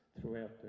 throughout